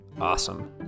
Awesome